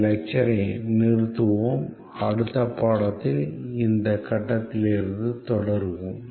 இந்த லெக்சரை இங்கே நிறுத்துவோம் அடுத்த பாடத்தில் இந்த கட்டத்தில் இருந்து தொடருவோம்